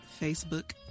Facebook